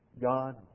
God